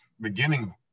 beginning